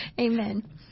Amen